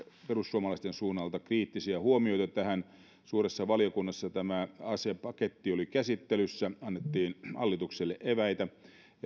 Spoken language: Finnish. perussuomalaisten suunnalta kriittisiä huomioita tähän suuressa valiokunnassa tämä asiapaketti oli käsittelyssä annettiin hallitukselle eväitä